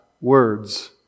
words